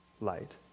light